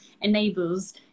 enables